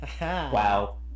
wow